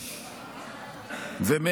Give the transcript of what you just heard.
לדעתי.